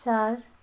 चार